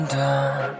down